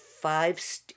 five